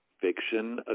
fiction